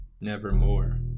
nevermore